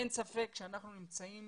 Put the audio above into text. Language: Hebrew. אין ספק שאנחנו נמצאים